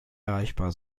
erreichbar